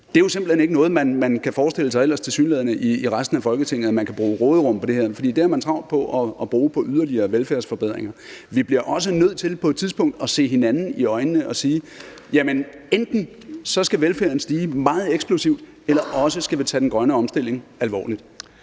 Det er tilsyneladende ikke noget, man kan forestille sig i resten af Folketinget, altså at man kan bruge råderum på det her, for det har man travlt med at bruge på yderligere velfærdsforbedringer. Vi bliver også nødt til på et tidspunkt at se hinanden i øjnene og sige: Enten skal velfærden stige meget eksplosivt, eller også skal vi tage den grønne omstilling alvorligt.